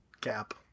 gap